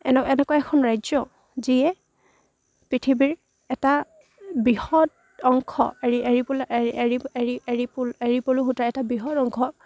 এনে এনেকুৱা এখন ৰাজ্য যিয়ে পৃথিৱীৰ এটা বৃহৎ অংশ এড়ী এড়ী পলু এড়ী এড়ী এড়ী পলু এড়ী পলু সূতা এটা বৃহৎ অংশ